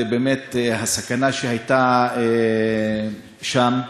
באמת הסכנה שהייתה שם.